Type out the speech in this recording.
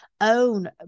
own